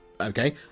Okay